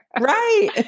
Right